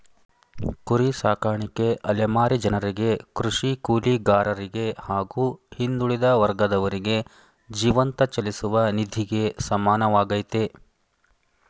ಕುರಿ ಸಾಕಾಣಿಕೆ ಅಲೆಮಾರಿ ಜನರಿಗೆ ಕೃಷಿ ಕೂಲಿಗಾರರಿಗೆ ಹಾಗೂ ಹಿಂದುಳಿದ ವರ್ಗದವರಿಗೆ ಜೀವಂತ ಚಲಿಸುವ ನಿಧಿಗೆ ಸಮಾನವಾಗಯ್ತೆ